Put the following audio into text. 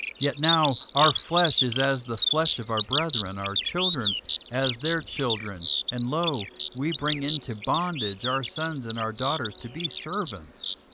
yet now our flesh is as the flesh of our brethren, our children as their children and, lo, we bring into bondage our sons and our daughters to be servants,